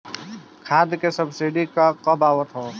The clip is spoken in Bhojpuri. खाद के सबसिडी क हा आवत बा?